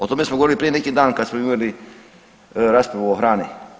O tome smo govorili prije neki dan kad smo imali raspravu o hrani.